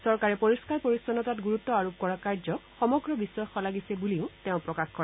চৰকাৰে পৰিষ্ণাৰ পৰিচ্ছন্নতাত গুৰুত্ব আৰোপ কৰা কাৰ্যক সমগ্ৰ বিশ্বই শলাগিছে বুলিও তেওঁ প্ৰকাশ কৰে